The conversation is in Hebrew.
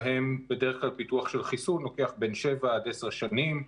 שבהם בדרך כלל פיתוח של חיסון לוקח בין שבע עד עשר שנים,